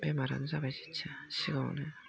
बेमारानो जाबाय जेथिया सिगाङावनो